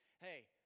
hey